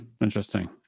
Interesting